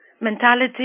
mentality